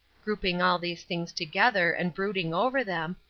grouping all these things together and brooding over them,